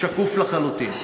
שקוף לחלוטין.